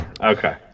Okay